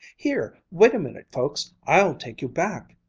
here, wait a minute, folks, i'll take you back!